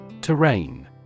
Terrain